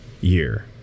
year